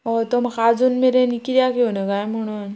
हय तो म्हाका आजून मेरेन कित्याक येवना काय म्हणोन